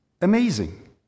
amazing